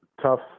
tough